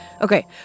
Okay